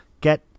get